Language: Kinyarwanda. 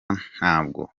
ntabwo